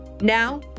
Now